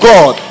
God